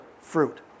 fruit